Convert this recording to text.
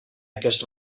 aquest